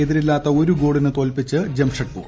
എതിരില്ലാത്ത ഒരു ഗോളിന് തോൽപ്പിച്ച് ജംഷഡ്പൂർ